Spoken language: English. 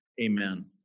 Amen